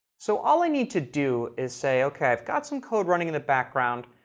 so all i need to do is say, ok, i've got some code running in the background.